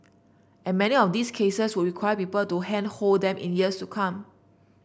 and many of these cases would require people to handhold them in years to come